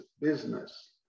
business